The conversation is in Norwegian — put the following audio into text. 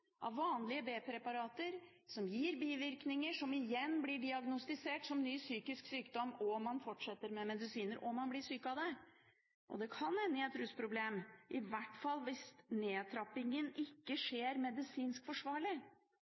av vanlige B-preparater som gir bivirkninger som igjen blir diagnostisert som ny psykisk sykdom. Man fortsetter med medisiner, og man blir syk av det. Det kan ende i et rusproblem, i hvert fall hvis nedtrappingen ikke skjer medisinsk forsvarlig.